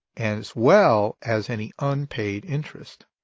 as well as any unpaid interest.